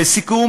לסיכום,